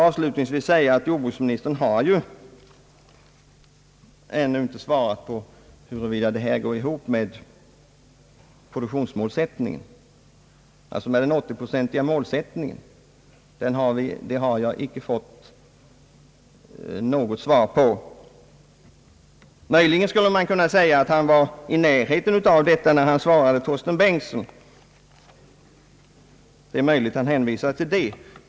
Avslutningsvis vill jag säga att jordbruksministern ännu inte svarat på huruvida hans politik går ihop med produktionsmålsättningen alltså den 80-procentiga målsättningen. Det har jag inte fått något svar på — möjligen skulle man kunna säga att han var i närheten av detta spörsmål när han svarade herr Torsten Bengtson, och det är möjligt att han vill hänvisa till detta.